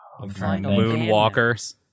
Moonwalkers